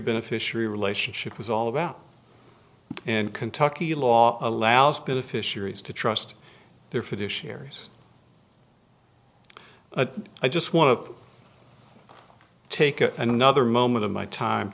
beneficiary relationship was all about and kentucky law allows beneficiaries to trust their for the shares i just want to take another moment of my time